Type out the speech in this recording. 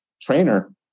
trainer